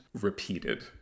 repeated